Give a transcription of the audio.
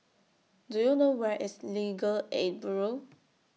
Do YOU know Where IS Legal Aid Bureau